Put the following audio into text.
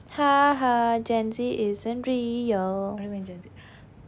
gen Z isn't real